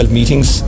meetings